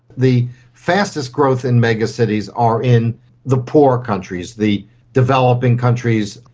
the fastest growth in megacities are in the poor countries, the developing countries,